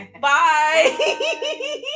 Bye